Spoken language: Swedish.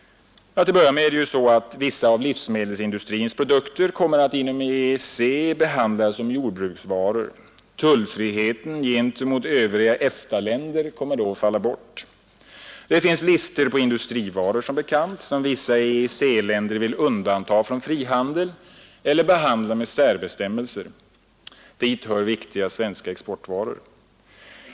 Till att börja med är det ju så att vissa av livsmedelsindustrins produkter kommer att inom EEC behandlas som jordbruksvaror. Tullfriheten gentemot övriga EFTA-länder faller då bort. Det finns som bekant listor på industrivaror som vissa EEC-länder vill undanta från frihandeln eller behandla med särbestämmelser. Dit hör viktiga svenska exportvaror.